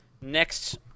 next